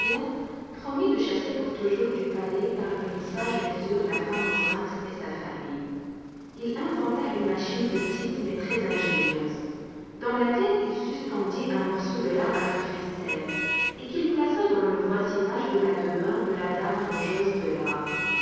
promit de chasser pour toujours du palais par une sage mesure la femme mauserinks et sa famille il inventa une machine petite mais très ingénieuse dans laquelle il suspendit un morceau de lard à une ficelle et qu'il plaça dans le voisinage de la demeure de la dame mangeuse de lard